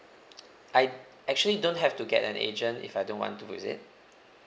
I actually don't have to get an agent if I don't want to is it